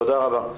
תודה רבה.